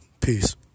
Peace